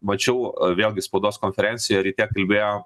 mačiau vėlgi spaudos konferencijoj ryte kalbėjo